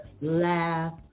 laugh